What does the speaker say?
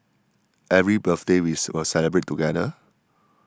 every birthday we'll celebrate together